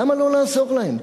למה לא לעזור להם?